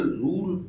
rule